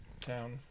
town